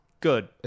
good